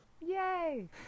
Yay